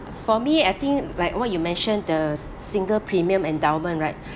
for me I think like what you mentioned the single premium endowment right